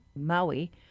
Maui